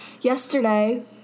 Yesterday